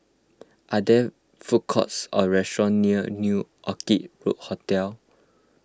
are there food courts or restaurants near New Orchid Hotel